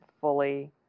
fully